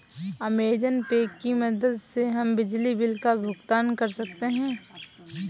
Amazon Pay की मदद से हम बिजली बिल का भुगतान कर सकते हैं